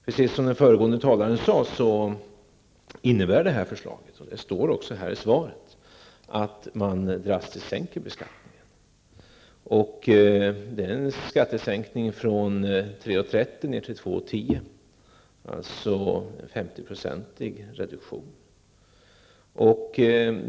Precis som den föregående talaren sade innebär det här förslaget, och det står också här i svaret, att man drastiskt sänker beskattningen. Det är en skattesänkning från 3:30 kr. ner till 2:10 kr. Det är alltså en 50-procentig reduktion.